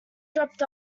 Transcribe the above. dropped